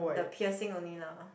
the piercing only lah